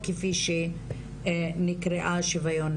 אנחנו כלשכה מרכזית לסטטיסטיקה נשמח להיות שותפים בכל ועדת היגוי,